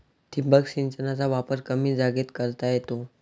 ठिबक सिंचनाचा वापर कमी जागेत करता येतो